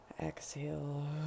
Exhale